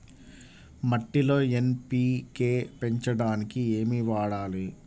మట్టిలో ఎన్.పీ.కే పెంచడానికి ఏమి వాడాలి?